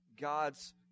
God's